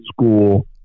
school